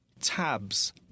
tabs